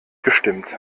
gestimmt